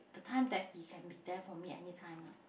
the time he can be there for me anytime lah